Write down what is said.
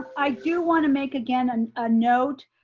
i do wanna make again and a note.